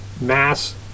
Mass